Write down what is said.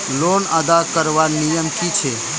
Loan अदा करवार नियम की छे?